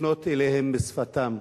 לפנות אליהם בשפתם.